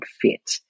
fit